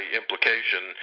implication